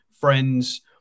friends